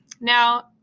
Now